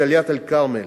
בדאלית-אל-כרמל